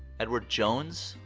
edward jones?